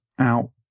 out